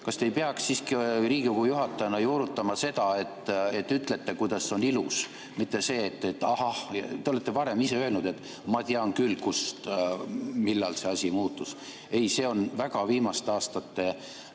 ei peaks siiski juurutama seda, et ütlete, kuidas on ilus, mitte see, et ahah. Te olete varem öelnud, et ma tean küll, millal see asi muutus. Ei, see on väga viimaste aastate